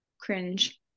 cringe-